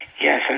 Yes